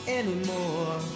anymore